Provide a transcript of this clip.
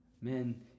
Man